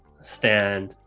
stand